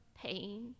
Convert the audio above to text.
pain